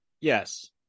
yes